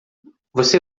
você